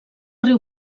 riu